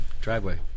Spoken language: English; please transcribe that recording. driveway